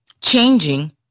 changing